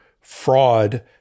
fraud